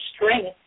strength